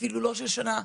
אפילו לא של שנה.